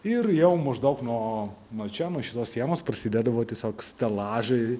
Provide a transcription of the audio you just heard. ir jau maždaug nuo nuo čia nuo šitos sienos prasidėdavo tiesiog stelažai